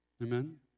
Amen